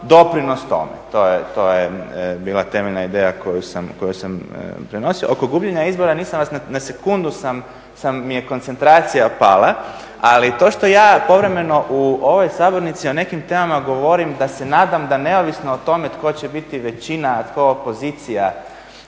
doprinos tome. To je bila temeljna ideja koju sam prenosio. Oko gubljenja izbora nisam vas, na sekundu sam, mi je koncentracija pala. Ali to što ja povremeno u ovoj sabornici o nekim temama govorim da se nadam da neovisno o tome tko će biti većina, a tko opozicija